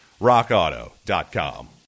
RockAuto.com